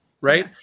right